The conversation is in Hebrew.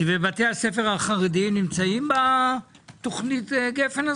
ובתי הספר החרדים נמצאים בתוכנית גפן הזו?